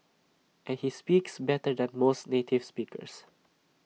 and he speaks better than most native speakers